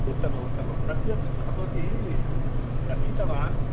उत्तमम् उत्तमम् सत्यम् अहमपि लक्षितवान्